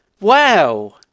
Wow